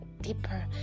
deeper